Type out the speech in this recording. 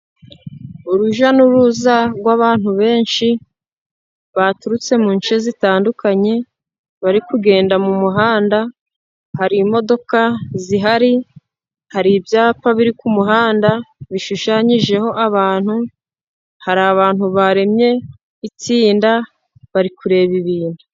Urujya n'uruza rw'abantu benshi baturutse mu nshe zitandukanye, bari kugenda mu muhanda, hari imodoka zihari, hari ibyapa biri ku muhanda bishushanyijeho abantu, hari abantu baremye itsinda bari kureba ibintu.